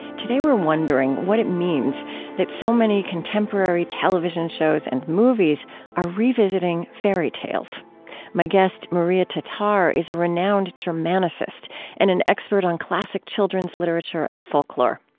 today we're wondering what it means that so many contemporary television shows and movies are revisiting fairy tales my guest, maria tatar, is a renowned germanicist and an expert on classic children's literature and folklore.